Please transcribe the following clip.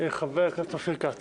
חבר הכנסת אופיר כץ.